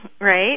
right